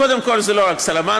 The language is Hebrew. קודם כול זה לא רק סלמנדרה,